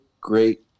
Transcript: great